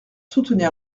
soutenir